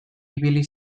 ibili